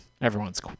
everyone's